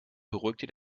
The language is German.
beruhigte